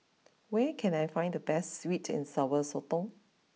where can I find the best sweet and Sour Sotong